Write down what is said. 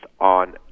on